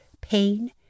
pain